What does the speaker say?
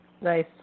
Nice